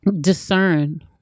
discern